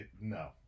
No